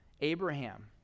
Abraham